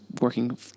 working